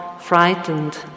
frightened